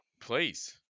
Please